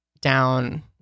down